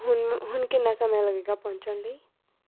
ਹੁਣ ਮ ਹੁਣ ਕਿੰਨਾ ਸਮਾਂ ਲੱਗੇਗਾ ਪਹੁੰਚਣ ਲਈ